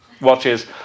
watches